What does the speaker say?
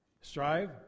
Strive